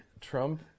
Trump